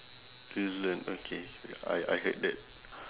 reason okay I I heard that